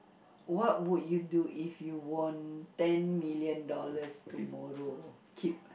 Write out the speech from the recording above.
what would you do if you won ten million dollars tomorrow keep